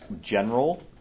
general